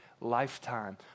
lifetime